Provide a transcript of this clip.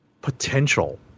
potential